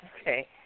Okay